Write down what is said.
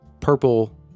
purple